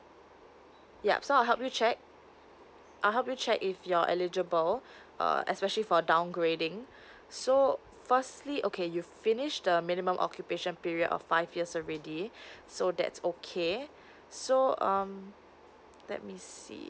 yup so I'll help you check I'll help you check if you're eligible uh especially for downgrading so firstly okay you finish the minimum occupation period of five years already so that's okay so um let me see